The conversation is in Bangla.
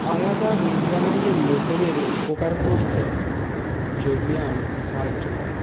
আলাদা ব্যাকগ্রাউন্ডের লোকেদের উপকার করতে যোগব্যায়াম সাহায্য করে